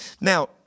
Now